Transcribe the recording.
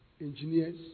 engineers